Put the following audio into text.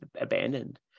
abandoned